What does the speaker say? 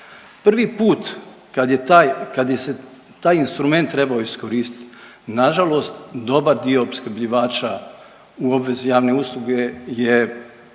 Prvi put kad se taj instrument trebao iskoristiti, na žalost dobar dio opskrbljivača u obvezi javne usluge je